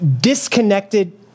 disconnected